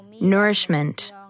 nourishment